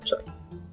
choice